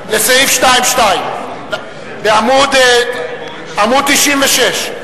בעמוד 96,